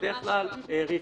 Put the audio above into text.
בסדר, בדרך כלל האריכו.